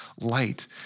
light